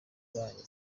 banyu